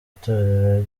itorero